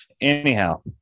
Anyhow